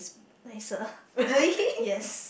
nicer yes